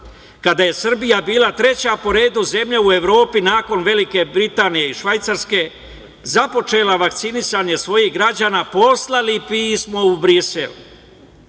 kada je Srbija bila treća po redu zemlja u Evropi nakon Velike Britanije i Švajcarske, započela vakcinisanje svojih građana, poslali pismo u Brisel